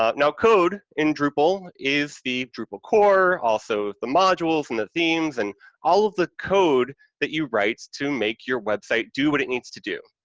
now, code in drupal is the drupal core, also the modules and the themes and all of the code that you write to make your website do what it needs to do.